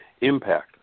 impact